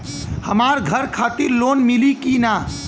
हमरे घर खातिर लोन मिली की ना?